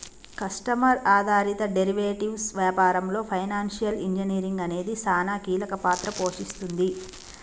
customer ఆధారిత derivatives వ్యాపారంలో financial engineering అనేది సానా కీలక పాత్ర పోషిస్తుంది